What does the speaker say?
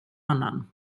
annan